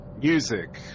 Music